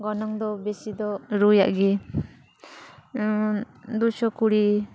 ᱜᱚᱱᱚᱝ ᱫᱚ ᱵᱤᱥᱤ ᱫᱚ ᱨᱩᱭᱼᱟᱜ ᱜᱮ ᱫᱩᱥᱚ ᱠᱩᱲᱤ